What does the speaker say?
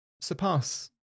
surpass